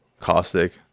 Caustic